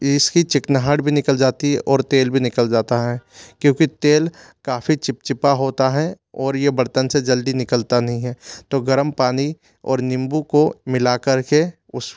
इसकी की चिकनाहट भी निकल जाती है और तेल भी निकल जाता है क्योंकि तेल काफ़ी चिपचिपा होता है और ये बर्तन से जल्दी निकलता नहीं है तो गर्म पानी और नींबू को मिलाकर के उस